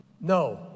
no